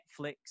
Netflix